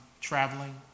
traveling